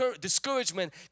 discouragement